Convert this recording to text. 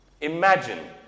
Imagine